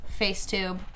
FaceTube